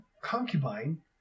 concubine